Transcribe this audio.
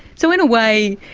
so, in a way,